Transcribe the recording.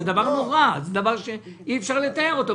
זה דבר נורא שאי אפשר לתאר אותו.